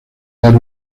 dar